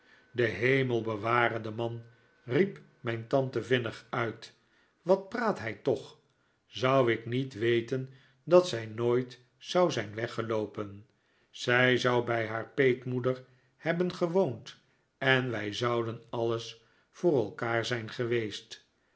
de hemel beware den man riep mijn tante vinnig uit wat praat hij toch zou ik niet weten dat zij nooit zou zijn weggeloopen zij zou bij haar peetmoeder hebben gewoond en wij zouden alles voor elkaar zijn geweest